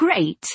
¡Great